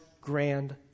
grand